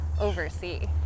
oversee